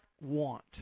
want